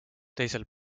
teisel